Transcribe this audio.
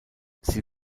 sie